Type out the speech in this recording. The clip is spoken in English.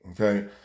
Okay